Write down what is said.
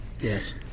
yes